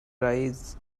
rise